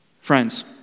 Friends